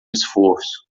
esforço